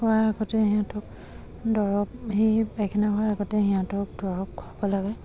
হোৱাৰ আগতে সিহঁতক দৰৱ সেই পায়খানা হোৱাৰ আগতে সিহঁতক দৰৱ খোৱাব লাগে